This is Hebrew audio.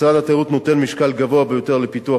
משרד התיירות נותן משקל גבוה ביותר לפיתוח